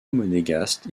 monégasque